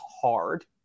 hard